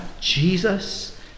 Jesus